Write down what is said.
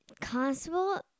Constable